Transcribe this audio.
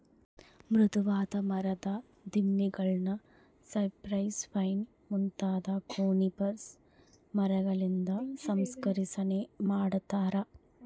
ಮೃದುವಾದ ಮರದ ದಿಮ್ಮಿಗುಳ್ನ ಸೈಪ್ರೆಸ್, ಪೈನ್ ಮುಂತಾದ ಕೋನಿಫೆರಸ್ ಮರಗಳಿಂದ ಸಂಸ್ಕರಿಸನೆ ಮಾಡತಾರ